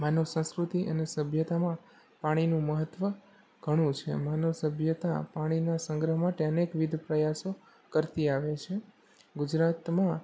માનવ સંસ્કૃતિ અને સભ્યતામાં પાણીનું મહત્ત્વ ઘણું છે એમ માનવ સભ્યતા પાણીના સંગ્રહ માટે અનેકવિધ પ્રયાસો કરતી આવે છે ગુજરાતમાં